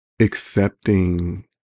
accepting